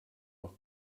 noch